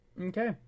Okay